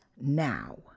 now